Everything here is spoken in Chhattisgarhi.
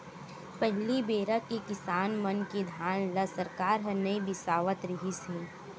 पहली बेरा के किसान मन के धान ल सरकार ह नइ बिसावत रिहिस हे